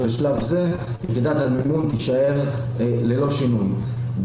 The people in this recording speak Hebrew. שבשלב זה יחידת המימון תישאר ללא שינוי.